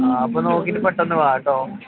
ആ അപ്പം നോക്കിയിട്ട് പെട്ടെന്ന് വാ കേട്ടോ